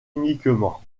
uniquement